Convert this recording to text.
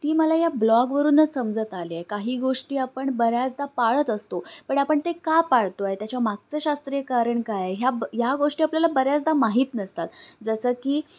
ती मला या ब्लॉगवरूनच समजत आली आहे काही गोष्टी आपण बऱ्याचदा पाळत असतो पण आपण ते का पाळतोय त्याच्यामागचं शास्त्रीय कारण हे काय ह्या ब ह्या गोष्टी आपल्याला बऱ्याचदा माहीत नसतात जसं की